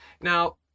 Now